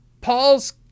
Paul's